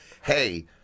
hey